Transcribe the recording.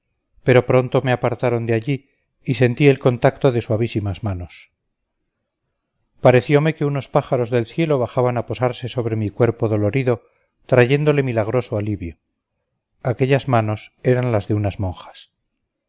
pero pronto me apartaron de allí y sentí el contacto de suavísimas manos pareciome que unos pájaros del cielo bajaban a posarse sobre mi cuerpo dolorido trayéndole milagroso alivio aquellas manos eran las de unas monjas